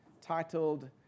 titled